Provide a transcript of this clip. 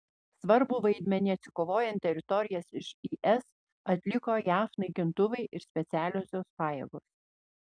svarbų vaidmenį atsikovojant teritorijas iš is atliko jav naikintuvai ir specialiosios pajėgos